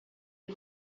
est